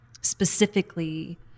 specifically